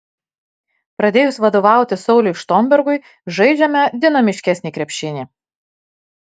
pradėjus vadovauti sauliui štombergui žaidžiame dinamiškesnį krepšinį